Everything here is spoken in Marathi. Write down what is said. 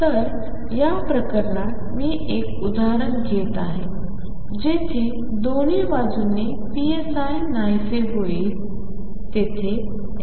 तर या प्रकरणात मी एक उदाहरण घेत आहे जेथे दोन्ही बाजूंनी psi नाहीसे होईल 0 xL